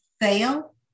fail